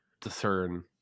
discern